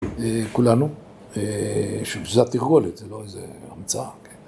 כולנו, שבזה התרגולת, זה לא איזה המצאה.